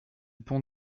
pont